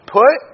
put